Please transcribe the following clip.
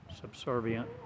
subservient